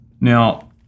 Now